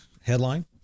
headline